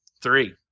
Three